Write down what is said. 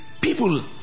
people